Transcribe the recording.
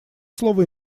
слово